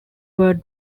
were